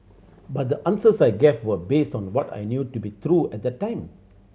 but the answers I gave were based on what I knew to be true at the time